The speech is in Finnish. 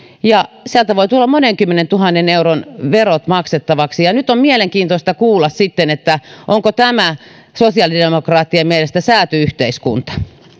ja sieltä voi tulla monen kymmenentuhannen euron verot maksettavaksi nyt on sitten mielenkiintoista kuulla onko tämä sosiaalidemokraattien mielestä sääty yhteiskunta